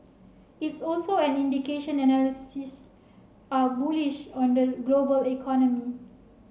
it's also an indication analysts are bullish on the global economy